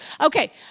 Okay